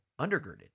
undergirded